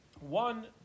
One